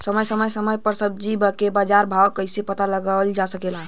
समय समय समय पर सब्जी क बाजार भाव कइसे पता लगावल जा सकेला?